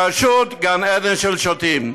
פשוט גן עדן של שוטים.